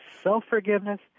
self-forgiveness